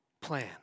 plan